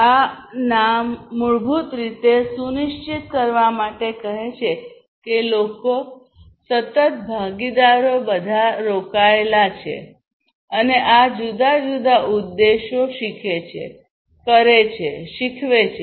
અને આ નામ મૂળભૂત રીતે તે સુનિશ્ચિત કરવા માટે કહે છે કે લોકો સતત ભાગીદારો બધા રોકાયેલા છે અને આ જુદા જુદા ઉદ્દેશો શીખે છે કરે છે શીખવે છે